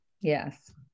yes